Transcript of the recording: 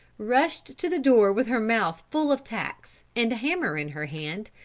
rushed to the door with her mouth full of tacks, and a hammer in her hand,